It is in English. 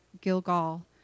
Gilgal